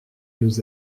nous